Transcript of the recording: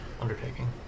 undertaking